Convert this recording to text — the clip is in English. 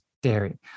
Dairy